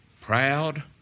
proud